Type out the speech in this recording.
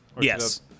Yes